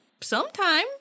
sometime